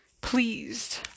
pleased